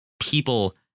people